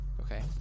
Okay